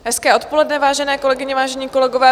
Hezké odpoledne, vážené kolegyně, vážení kolegové.